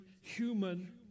human